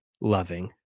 loving